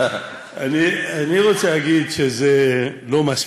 אני רוצה להגיד שזה לא מספיק,